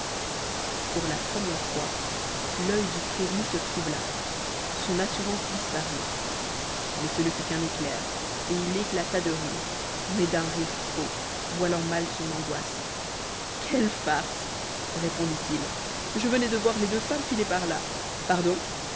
pour la première fois l'œil du prévenu se troubla son assurance disparut mais ce ne fut qu'un éclair et il éclata de rire mais d'un rire faux voilant mal son angoisse quelle farce répondit-il je venais de voir les deux femmes filer par là pardon